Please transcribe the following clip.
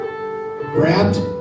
wrapped